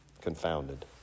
confounded